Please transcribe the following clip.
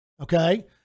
Okay